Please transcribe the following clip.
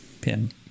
pin